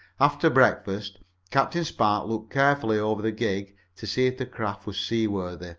after breakfast captain spark looked carefully over the gig to see if the craft was seaworthy.